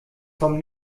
vom